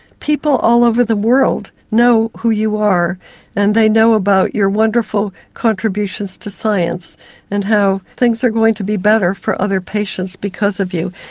people all over the world know who you are and they know about your wonderful contributions to science and how things are going to be better for other patients because of you.